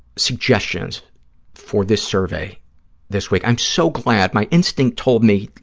suggestions for this survey this week. i'm so glad, my instinct told me,